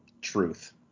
truth